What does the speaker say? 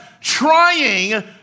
trying